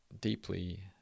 deeply